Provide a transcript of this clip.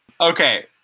Okay